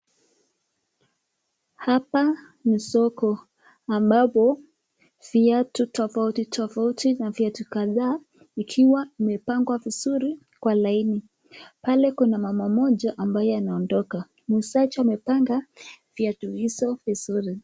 Hapa ni soko ambapo viatu tofauti tofauti na viatu kadhaa ikiwa imepangwa vizuri kwa laini, pale kuna mama mmoja ambaye anaondoka, muuzaji amepanga viatu hizo vizuri.